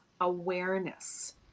awareness